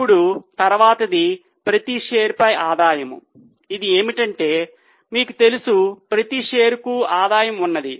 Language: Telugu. ఇప్పుడు తర్వాతది ప్రతి షేర్ పై ఆదాయము ఇది ఏమిటంటే మీకు తెలుసు ప్రతి షేర్ కు ఆదాయము ఉన్నది